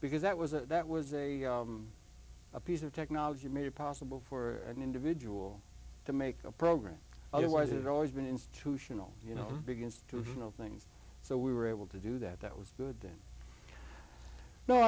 because that was a that was a piece of technology made it possible for an individual to make the program otherwise it always been institutional you know big institutional things so we were able to do that that was good then no